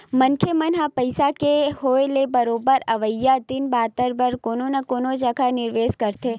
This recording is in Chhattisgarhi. मनखे मन ह पइसा के होय ले बरोबर अवइया दिन बादर बर कोनो न कोनो जघा निवेस करथे